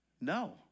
No